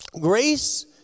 grace